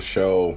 Show